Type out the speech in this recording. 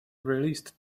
released